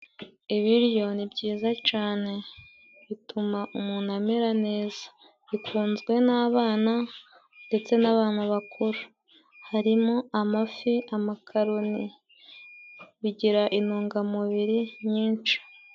Ibiryo ni byiza cane bituma umuntu amera neza bikunzwe n'abana ndetse n'abantu bakuru harimo amafi, amakaroni, bigira inungamubiri nyinshi.